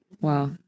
Wow